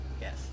Yes